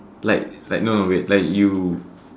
like like no no wait like you